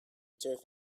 turf